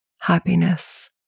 happiness